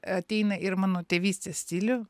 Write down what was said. ateina ir į mano tėvystės stilių